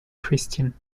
christian